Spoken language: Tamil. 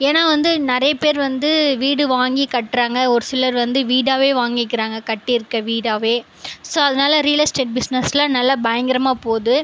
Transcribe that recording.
ஏன்னால் வந்து நிறைய பேர் வந்து வீடு வாங்கி கட்டுறாங்க ஒரு சிலர் வந்து வீடாகவே வாங்கிக்கிறாங்க கட்டி இருக்கற வீடாகவே ஸோ அதனால் ரியல் எஸ்டேட் பிஸ்னஸ்லாம் நல்லா பயங்கரமாக போகுது